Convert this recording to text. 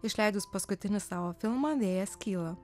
išleidus paskutinį savo filmą vėjas kyla